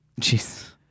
jeez